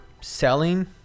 selling